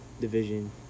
division